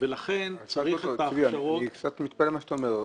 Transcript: אני קצת מתפלא על מה שאתה אומר.